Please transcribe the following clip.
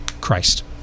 Christ